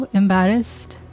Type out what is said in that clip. embarrassed